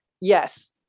yes